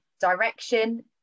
direction